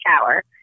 shower